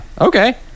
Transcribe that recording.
Okay